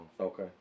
Okay